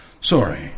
Sorry